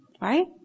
right